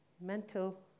Mental